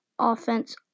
offense